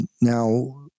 now